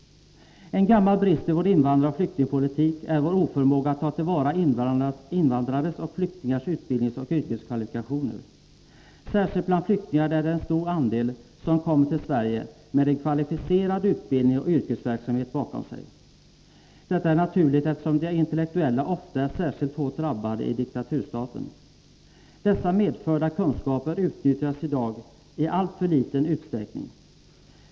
En gammal brist i vår invandraroch flyktingpolitik är vår oförmåga att ta till vara invandrares och flyktingars utbildningsoch yrkeskvalifikationer. Särskilt bland flyktingar är det en stor andel som kommer till Sverige med en kvalificerad utbildning och yrkesverksamhet bakom sig. Detta är naturligt eftersom intellektuella ofta är särskilt hårt drabbade i diktaturstaten. Dessa medförda kunskaper utnyttjas i dag i alltför liten utsträckning.